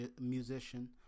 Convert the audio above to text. musician